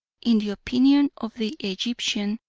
in the opinion of the egyptian,